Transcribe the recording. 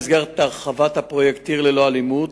במסגרת הרחבת הפרויקט "עיר ללא אלימות"